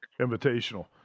invitational